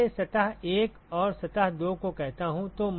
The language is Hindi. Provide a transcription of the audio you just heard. इसलिए मैं इसे सतह 1 और सतह 2 को कहता हूँ